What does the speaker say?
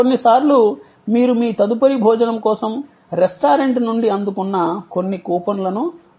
కొన్నిసార్లు మీరు మీ తదుపరి భోజనం కోసం రెస్టారెంట్ నుండి అందుకున్న కొన్ని కూపన్లను ఉపయోగించవచ్చు